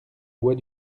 bois